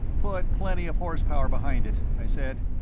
put plenty of horse-power behind it, i said.